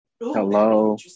hello